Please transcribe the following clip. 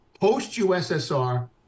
post-USSR